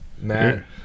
Matt